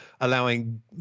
allowing